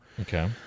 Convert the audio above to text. Okay